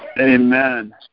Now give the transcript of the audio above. Amen